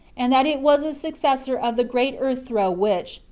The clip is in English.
and that it was a successor of the great earth throe which,